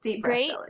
great